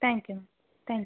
thank you ma'am thank you